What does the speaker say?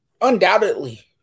Undoubtedly